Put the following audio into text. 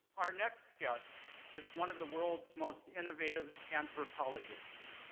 our next guest is one of the world's most innovative anthropologists.